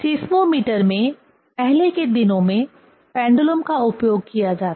seismometer में पहले के दिनों में पेंडुलम का उपयोग किया जाता था